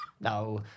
No